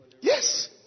Yes